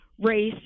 race